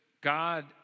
God